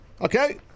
okay